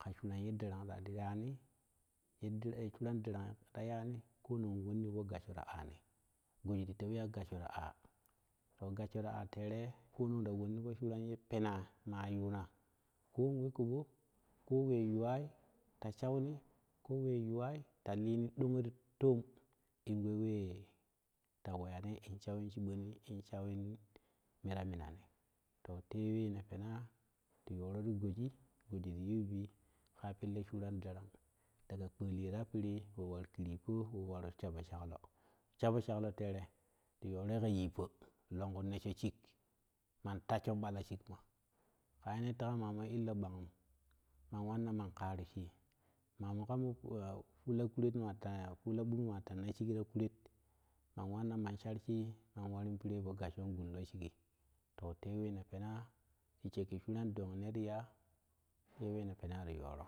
ka suran ye darangta ti ra tani yadde suran dang ta tani ko non in wannipo gassho tagani goditi tawo ya gassho ta aa to gasho ta aa tere kenan ta wanni posurang ye penaa maa tuna ko we koъo ko we tuwai ta sunii ko we yuwau ta lini ɗonye ti taam in we wee ta wetani in sawin chiboni in saucin mera minani to te we ne pena ti yore ti godi godi ti tiu bi ka pelle suran darang daja klaliyo ta piri we war kirippo we war shapo shaklo shapposheklo tere ti yore ka yippo longku nessho shiik man tassho ƙala shikma kayeme teka mama illo bangum man wanna man kara shii makamo fula kuret maa a tula buk ma taumachigi ta kuret man wanna man sharshii man gasshin gun fo gasshon gun loshigi to tewe ne pana te shekki sura dong neri ya te we ne penati toro.